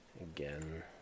again